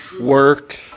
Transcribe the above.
work